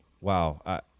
Wow